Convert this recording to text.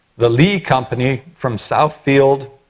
the lee company from southfield,